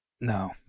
No